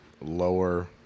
lower